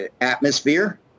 atmosphere